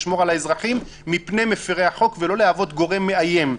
לשמור על האזרחים מפני מפירי החוק ולא להוות גורם מאיים.